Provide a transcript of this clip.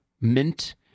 mint